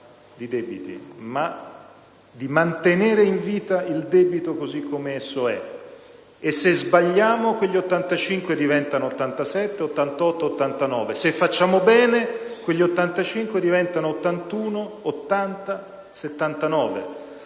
di debiti ma per mantenere in vita il debito così come esso è; se sbagliamo, quegli 85 diventano 87, 88, 89; se facciamo bene, diventano 81, 80, 79.